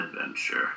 adventure